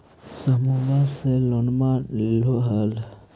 समुहवा से लोनवा लेलहो हे?